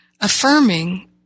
affirming